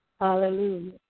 Hallelujah